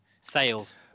sales